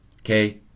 okay